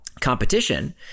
competition